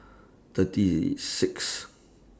thirty Sixth